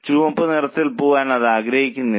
ചുവപ്പ് നിറത്തിൽ പോകാൻ അത് ആഗ്രഹിക്കുന്നില്ല